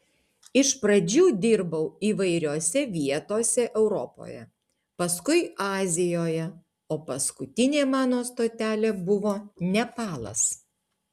iš pradžių dirbau įvairiose vietose europoje paskui azijoje o paskutinė mano stotelė buvo nepalas